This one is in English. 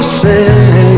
say